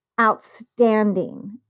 Outstanding